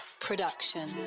production